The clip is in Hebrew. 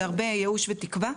זה הרבה ייאוש ותקווה,